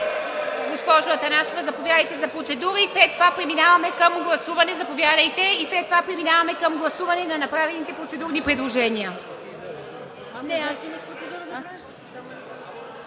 Госпожо Атанасова, заповядайте за процедура. След това преминаваме към гласуване на направени процедурни предложения.